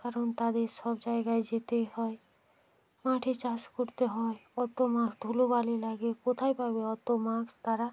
কারণ তাদের সব জায়গায় যেতেই হয় মাঠে চাষ করতে হয় অতো মাঠ ধুলোবালি লাগে কোথায় পাবে অতো মাক্স তারা